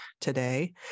today